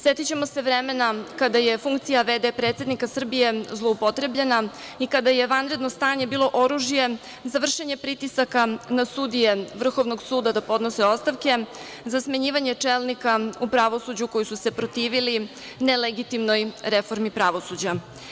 Setićemo se vremena kada je funkcija v.d. predsednika Srbije zloupotrebljena i kada je vanredno stanje bilo oružje za vršenje pritisaka na sudije Vrhovnog suda da podnose ostavke, za smenjivanje čelnika u pravosuđu koji su se protivili nelegitimnoj reformi pravosuđa.